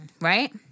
right